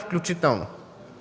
включително